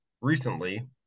recently